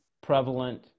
prevalent